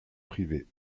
privée